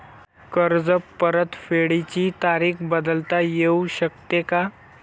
कर्ज परतफेडीची तारीख बदलता येऊ शकते का?